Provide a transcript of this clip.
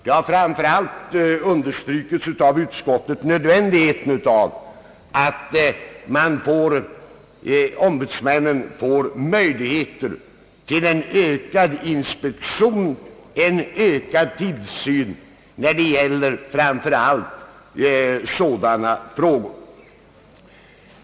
Utskottet har särskilt understrukit nödvändigheten av att ombudsmännen får möjlighet till en ökad inspektion, en ökad tillsyn, framför allt när det gäller sådana frågor.